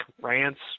rants